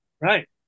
Right